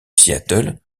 seattle